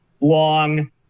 long